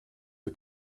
for